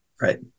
Right